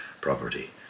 property